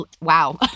wow